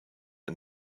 and